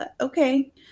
okay